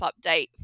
update